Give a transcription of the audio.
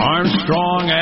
Armstrong